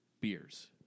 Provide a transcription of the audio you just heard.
beers